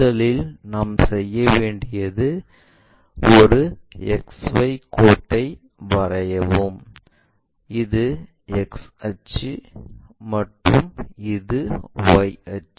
முதலில் நாம் செய்ய வேண்டியது ஒரு XY கோட்டை வரையவும் இது X அச்சு மற்றும் இது Y அச்சு